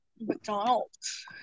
McDonald's